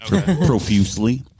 profusely